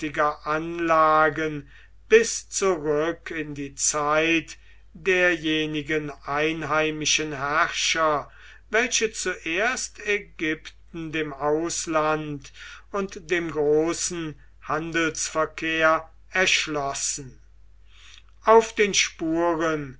anlagen bis zurück in die zeit derjenigen einheimischen herrscher welche zuerst ägypten dem ausland und dem großen handelsverkehr erschlossen auf den spuren